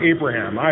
Abraham